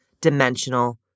dimensional